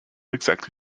exactly